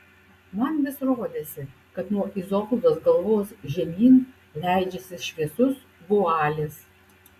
man vis rodėsi kad nuo izoldos galvos žemyn leidžiasi šviesus vualis